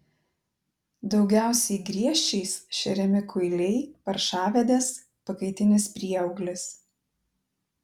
daugiausiai griežčiais šeriami kuiliai paršavedės pakaitinis prieauglis